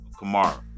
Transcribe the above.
Kamara